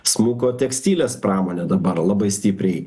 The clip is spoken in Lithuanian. smuko tekstilės pramonė dabar labai stipriai